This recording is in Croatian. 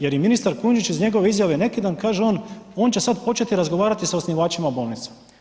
Jer i ministar Kujundžić, iz njegove izjave neki dan, kaže on, on će sad početi razgovarati sa osnivačima bolnica.